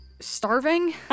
Starving